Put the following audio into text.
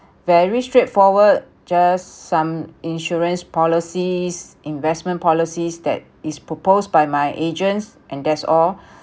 very straightforward just some insurance policies investment policies that is proposed by my agents and that's all